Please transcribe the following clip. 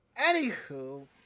anywho